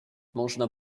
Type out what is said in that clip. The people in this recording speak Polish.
można